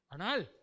Anal